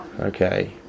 Okay